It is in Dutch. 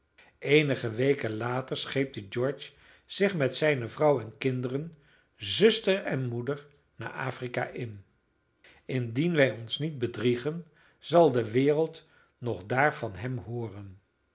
eenige weken later scheepte george zich met zijne vrouw en kinderen zuster en moeder naar afrika in indien wij ons niet bedriegen zal de wereld nog daar van hem hooren